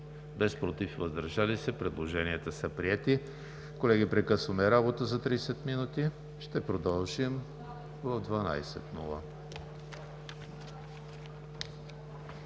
79, против и въздържали се няма. Предложенията са приети. Колеги, прекъсваме работа за 30 минути. Ще продължим в 12,00